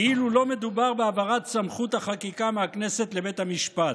כאילו לא מדובר בהעברת סמכות החקיקה מהכנסת לבית המשפט.